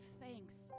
thanks